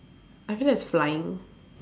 I feel that's flying